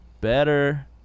better